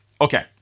Okay